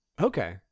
Okay